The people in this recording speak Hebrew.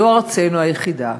זו ארצנו היחידה,